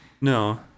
no